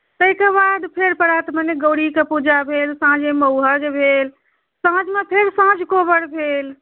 ताहिके बाद फेर प्रात भेने गौरीके पूजा भेल साँझमे मउहक भेल साँझमे फेर साँझ कोबर भेल